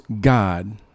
God